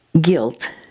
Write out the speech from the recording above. guilt